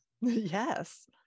Yes